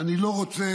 אני לא רוצה,